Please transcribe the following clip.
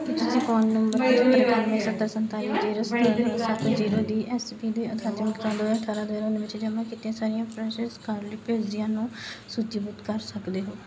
ਕੀ ਤੁਸੀਂ phone number ਪੰਝੱਤਰ ਇਕਾਨਵੇਂ ਸੱਤਰ ਸੰਤਾਲੀ ਜ਼ੀਰੋ ਸਤਾਰ੍ਹਾਂ ਸੱਤ ਜ਼ੀਰੋ ਲਈ ਐੱਸ ਪੀ ਦੇ ਅਕਾਦਮਿਕ ਸਾਲ ਦੋ ਹਜ਼ਾਰ ਅਠਾਰ੍ਹਾਂ ਦੋ ਹਜ਼ਾਰ ਉੱਨੀ ਵਿੱਚ ਜਮ੍ਹਾਂ ਕੀਤੀਆਂ ਸਾਰੀਆਂ ਫਰੈਸ਼ ਸਕਾਲਰਿਪ ਅਰਜ਼ੀਆਂ ਨੂੰ ਸੂਚੀਬੱਧ ਕਰ ਸਕਦੇ ਹੋ